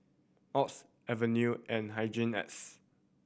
Oxy Avene and Hygin X